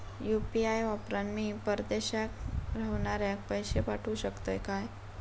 UPI वापरान मी परदेशाक रव्हनाऱ्याक पैशे पाठवु शकतय काय?